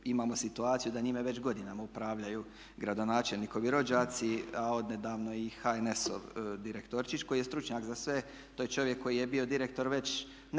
imamo situaciju da njime već godinama upravljaju gradonačelnikovi rođaci a odnedavno i HNS-ov direktorčić koji je stručnjak za sve. To je čovjek koji je bio direktor već nekoliko